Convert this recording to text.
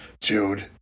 Dude